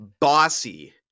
Bossy